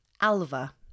Alva